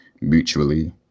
mutually